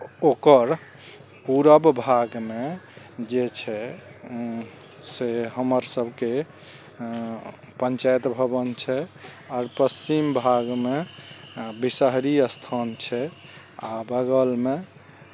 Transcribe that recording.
ओकर पूरब भागमे जे छै से हमर सभके पञ्चायत भवन छै आर पश्चिम भागमे विषहरि स्थान छै आ बगलमे